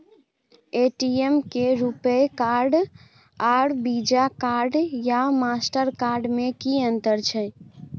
ATM में RuPay card आर Visa card या मास्टर कार्ड में कि अतंर छै?